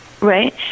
Right